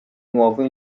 nuovo